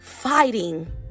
Fighting